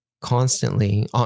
constantly